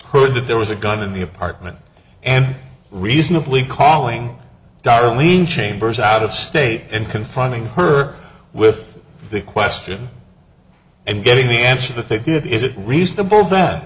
eard that there was a gun in the apartment and reasonably calling darlene chambers out of state and confronting her with the question and getting the answer that they did is it reasonable th